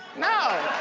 no.